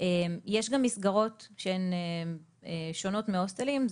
יש גם מסגרות שהן שונות מהוסטלים,